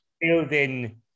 building